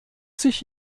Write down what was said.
sich